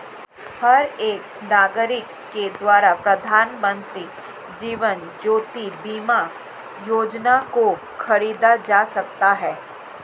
हर एक नागरिक के द्वारा प्रधानमन्त्री जीवन ज्योति बीमा योजना को खरीदा जा सकता है